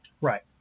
Right